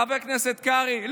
חבר הכנסת קרעי?